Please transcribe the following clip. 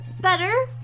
Better